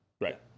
Right